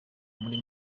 muri